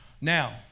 Now